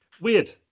weird